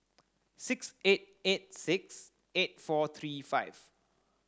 six eight eight six eight four three five